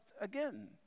again